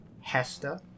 Hester